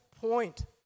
point